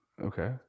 Okay